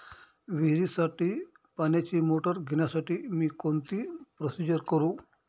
विहिरीसाठी पाण्याची मोटर घेण्यासाठी मी कोणती प्रोसिजर करु?